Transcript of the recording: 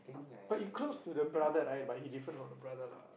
but you close to the brother right but he different from the brother lah